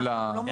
כן.